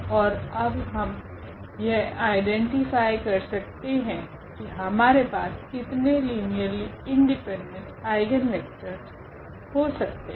ओर अब हम यह आइडेंटिफ़ाय कर सकते है की हमारे पास कितने लीनियरली इंडिपेंडेंट आइगनवेक्टरस हो सकते है